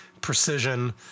precision